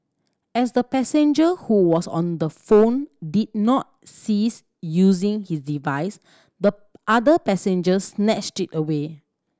as the passenger who was on the phone did not cease using his device the other passenger snatched it away